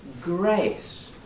grace